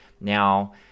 Now